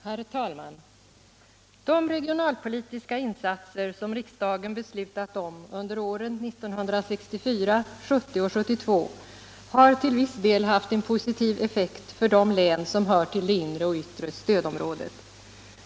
Herr talman! De regionalpolitiska insatser som riksdagen beslutat om under åren 1964, 1970 och 1972 har till viss del haft en positiv effekt för de län som hör till det inre och yttre stödområdet.